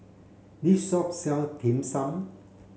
this shop sell Dim Sum